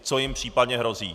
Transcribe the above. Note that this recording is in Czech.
Co jim případně hrozí.